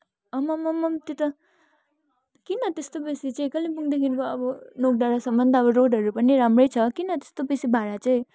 आम्मामम त्यो त किन त्यस्तो बेसी चाहिँ कालिम्पोङदेखिको अब नोकडाँडासम्मको अब रोडहरू पनि राम्रै छ किन त्यस्तो बेसी भाडा चाहिँ